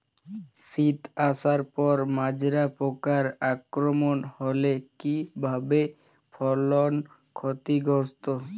শীষ আসার পর মাজরা পোকার আক্রমণ হলে কী ভাবে ফসল ক্ষতিগ্রস্ত?